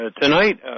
Tonight